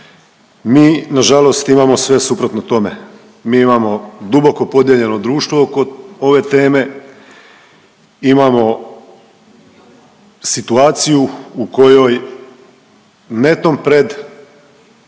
Mi nažalost imamo sve suprotno tome. Mi imamo duboko podijeljeno društvo oko ove teme, imamo situaciju u kojoj netom pred parlamentarne